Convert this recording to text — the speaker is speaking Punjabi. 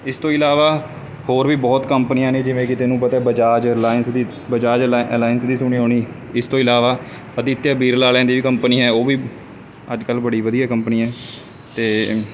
ਇਸ ਤੋਂ ਇਲਾਵਾ ਹੋਰ ਵੀ ਬਹੁਤ ਕੰਪਨੀਆਂ ਨੇ ਜਿਵੇਂ ਕਿ ਤੈਨੂੰ ਪਤਾ ਐ ਬਜਾਜ ਰਲਾਇੰਸ ਦੀ ਬਜਾਜ ਅਲਾ ਅਲਾਇੰਸ ਦੀ ਸੁਣੀ ਹੋਣੀ ਇਸ ਤੋਂ ਇਲਾਵਾ ਅਧੀਤਿਆ ਬਿਰਲਾ ਵਾਲਿਆਂ ਦੀ ਕੰਪਨੀ ਹੈ ਉਹ ਵੀ ਅੱਜ ਕੱਲ੍ਹ ਬੜੀ ਵਧੀਆ ਕੰਪਨੀ ਹੈ ਅਤੇ